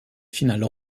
finales